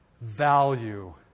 value